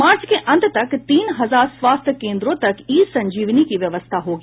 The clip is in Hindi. मार्च के अंत तक तीन हजार स्वास्थ्य केन्द्रों तक ई संजीविनी की व्यवस्था होगी